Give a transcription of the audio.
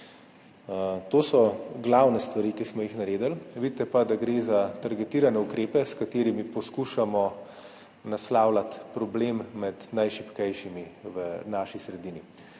To so glavne stvari, ki smo jih naredili. Vidite pa, da gre za targetirane ukrepe, s katerimi poskušamo naslavljati problem med najšibkejšimi v naši sredini.